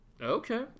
Okay